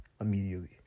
immediately